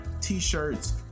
t-shirts